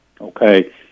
okay